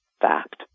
fact